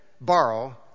borrow